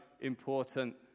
important